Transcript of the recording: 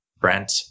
Brent